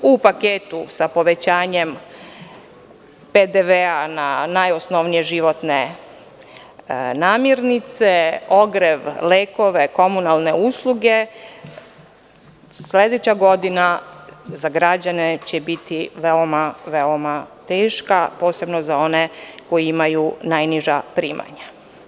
U paketu sa povećanjem PDV na najosnovnije životne namirnice, ogrev, lekove, komunalne usluge, sledeća godina za građene će biti veoma teška, posebno za one koji imaju najniža primanja.